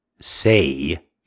Say